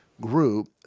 group